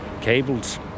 cables